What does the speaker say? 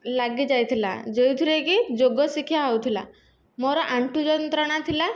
ଲାଗିଯାଇଥିଲା ଯେଉଁଥିରେକି ଯୋଗ ଶିକ୍ଷା ହେଉଥିଲା ମୋର ଆଣ୍ଠୁ ଯନ୍ତ୍ରଣା ଥିଲା